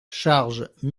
charge